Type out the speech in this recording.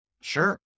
Sure